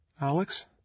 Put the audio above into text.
Alex